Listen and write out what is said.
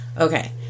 Okay